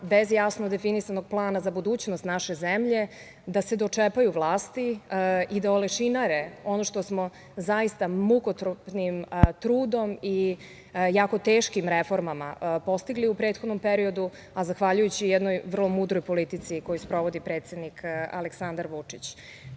bez jasno definisanog plana za budućnost naše zemlje da se dočepaju vlasti da olešinare ono što smo zaista mukotrpnim trudom i jako teškom reformama postigli u prethodnom periodu, a zahvaljujući jednoj vrlo mudroj politici koju sprovodi predsednik Aleksandar Vučić. Ta